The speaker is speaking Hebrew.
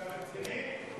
אתה רציני?